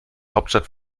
hauptstadt